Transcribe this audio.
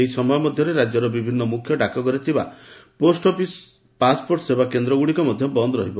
ଏହି ସମୟ ମଧ୍ଘରେ ରାଜ୍ୟର ବିଭିନ୍ନ ମୁଖ୍ୟ ଡାକଘରେ ଥିବା ପୋଷ ଅଫିସ୍ ପାସ୍ପୋର୍ଟ ସେବାକେନ୍ଦ୍ରଗୁଡ଼ିକ ମଧ୍ଧ ବନ୍ଦ ରହିବ